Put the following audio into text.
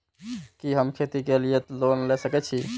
कि हम खेती के लिऐ लोन ले सके छी?